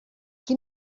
qui